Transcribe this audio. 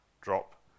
drop